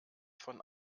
von